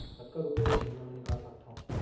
कतका रुपिया एक महीना म निकाल सकथव?